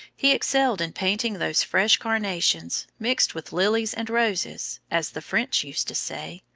he excelled in painting those fresh carnations, mixed with lilies and roses, as the french used to say,